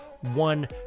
one